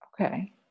Okay